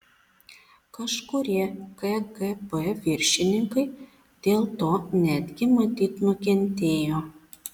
kažkurie kgb viršininkai dėl to netgi matyt nukentėjo